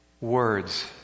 Words